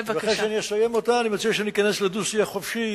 ואחרי שאני אסיים אותה אני מציע שניכנס לדו-שיח חופשי.